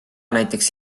näiteks